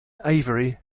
avery